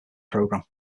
programme